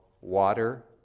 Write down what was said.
water